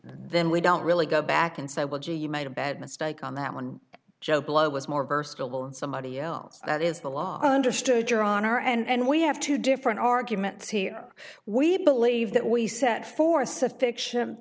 then we don't really go back and say well gee you made a bad mistake on that one joe blow was more versatile and somebody else that is the law understood your honor and we have two different arguments here we believe that we set for